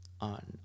on